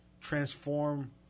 transform